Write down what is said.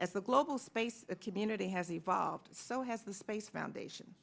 as the global space community has evolved so has the space foundation